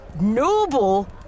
noble